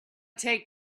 take